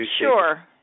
Sure